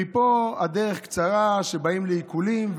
מפה הדרך קצרה לעיקולים.